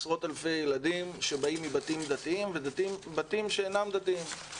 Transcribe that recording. עשרות אלפי ילדים שבאים מבתים דתיים ובתים שאינם דתיים,